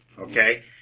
Okay